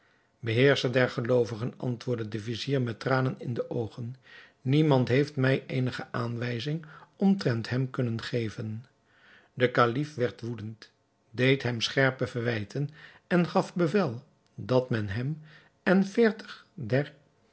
beheerscher der geloovigen antwoordde de vizier met tranen in de oogen niemand heeft mij eenige aanwijzing omtrent hem kunnen geven de kalif werd woedend deed hem scherpe verwijten en gaf bevel dat men hem en veertig der